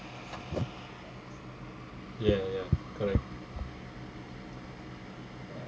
ya ya correct